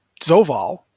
Zoval